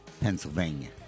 Pennsylvania